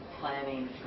planning